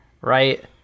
Right